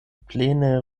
plene